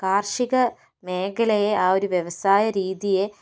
കാർഷിക മേഖലയെ ആ ഒരു വ്യവസായ രീതിയെ